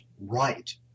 right